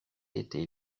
été